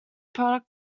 product